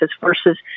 versus